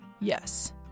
Yes